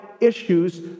issues